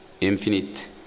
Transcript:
infinite